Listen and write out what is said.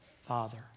Father